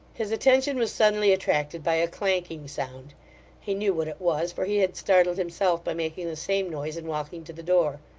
his attention was suddenly attracted by a clanking sound he knew what it was, for he had startled himself by making the same noise in walking to the door.